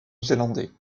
zélandais